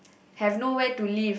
have no where to live